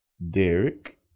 Derek